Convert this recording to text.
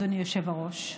אדוני היושב-ראש,